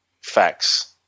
facts